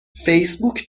فیسبوک